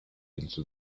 into